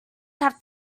have